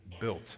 built